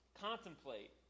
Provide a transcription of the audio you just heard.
contemplate